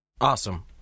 Awesome